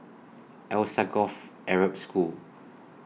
Alsagoff Arab School